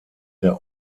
der